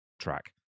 track